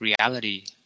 reality